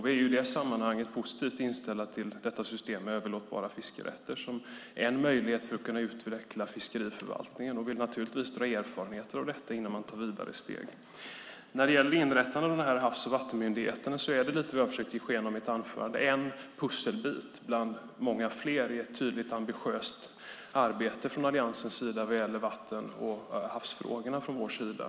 Vi är i det sammanhanget positiva till detta system med överlåtbara fiskerätter som en möjlighet att kunna utveckla fiskeriförvaltningen. Vi vill naturligtvis dra erfarenhet av detta innan man tar vidare steg. När det gäller inrättandet av Havs och vattenmyndigheten är det, som jag försökte visa lite i mitt anförande, en pusselbit bland många fler i ett ambitiöst arbete från Alliansens sida vad gäller vatten och havsfrågorna från vår sida.